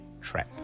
trap